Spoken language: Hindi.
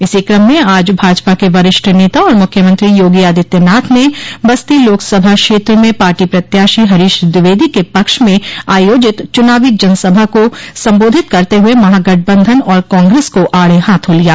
इसी क्रम में आज भाजपा के वरिष्ठ नेता और मुख्यमंत्री योगी आदित्यनाथ ने बस्ती लोकसभा क्षेत्र में पार्टी प्रत्याशी हरीश द्विवेदी के पक्ष में आयोजित चुनावी जनसभा को संबोधित करते हुए महागठबंधन और कांग्रेस को आड़े हाथों लिया